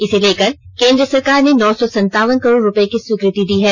इसे लेकर केन्द्र सरकार ने नौ सौ सनतावन करोड़ रूपये की स्वीकृति दी है